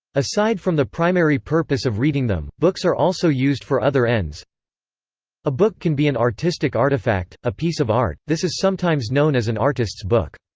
aside from the primary purpose of reading them, books are also used for other ends a book can be an artistic artifact, a piece of art this is sometimes known as an artists' book.